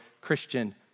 Christian